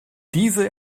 diese